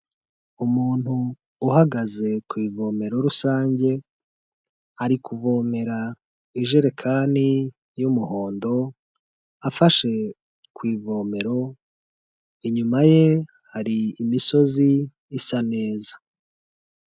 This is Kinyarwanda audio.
Umuntu uhagaze ku ivomero rusange, ari kuvomera ijerekani y'umuhondo afashe ku ivomero, inyuma ye hari imisozi isa neza.